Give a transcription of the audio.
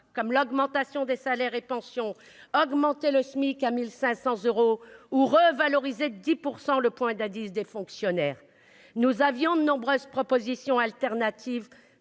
comme l'augmentation des salaires et pensions, celle du SMIC à 1 500 euros, ou la revalorisation de 10 % du point d'indice des fonctionnaires. Nous avions de nombreuses propositions alternatives,